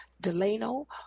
Delano